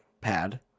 pad